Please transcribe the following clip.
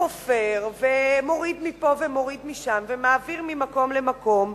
וחופר ומוריד מפה ומוריד משם ומעביר ממקום למקום,